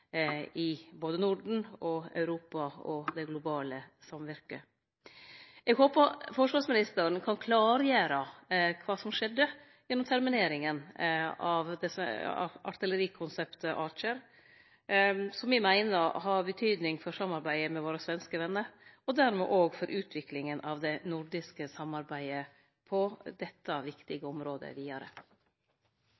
Europa og det globale samvirket. Eg håper forsvarsministeren kan klargjere kva som skjedde gjennom termineringa av artillerikonseptet Archer, som me meiner har betydning for samarbeidet med våre svenske vener, og dermed òg for utviklinga av det nordiske samarbeidet på dette